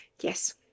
yes